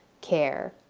care